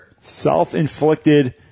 Self-inflicted